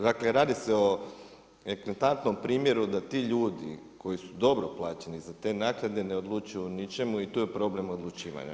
Dakle, radi se o eklatantnom primjeru, da ti ljudi koji su dobro plaćeni za te naknade, ne odlučuju o ničemu i tu je problem odlučivanja.